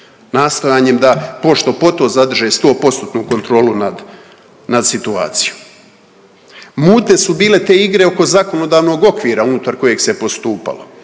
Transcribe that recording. nastojanjem da pošto poto zadrže 100%-tnu kontrolu nad, nad situacijom. Mutne su bile te igre oko zakonodavnog okvira unutar kojeg se postupalo.